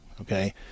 Okay